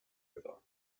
river